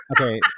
okay